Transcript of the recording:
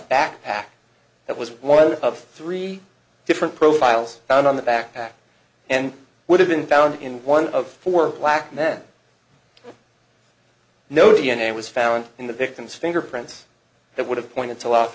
backpack that was one of three different profiles found on the backpack and would have been found in one of four black men no d n a was found in the victim's fingerprints that would have pointed to